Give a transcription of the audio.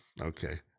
okay